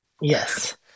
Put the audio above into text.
Yes